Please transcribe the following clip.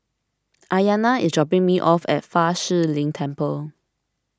Aiyana is dropping me off at Fa Shi Lin Temple